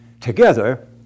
Together